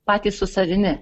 patys su savimi